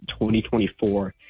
2024